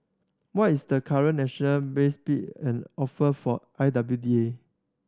what is the current national best bid and offer for I W D A